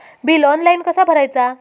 Bill online कसा भरायचा?